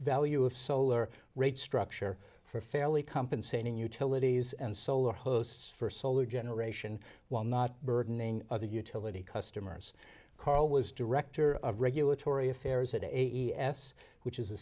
value of solar rate structure for fairly compensating utilities and solar hosts for solar generation while not burdening other utility customers karl was director of regulatory affairs at eighty s which is a